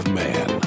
man